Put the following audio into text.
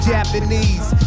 Japanese